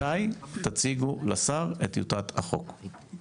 מתי תציגו לשר את טיוטת החוק?